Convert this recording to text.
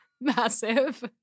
massive